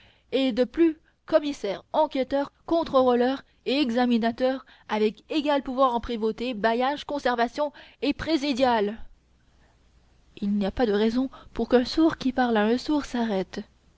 et de plus commissaire enquesteur contrerolleur et examinateur avec égal pouvoir en prévôté bailliage conservation et présidial il n'y a pas de raison pour qu'un sourd qui parle à un sourd